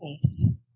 space